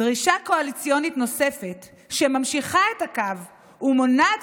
דרישה קואליציונית נוספת שממשיכה את הקו ומונעת